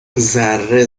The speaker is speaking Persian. ذره